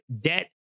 Debt